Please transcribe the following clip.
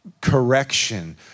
correction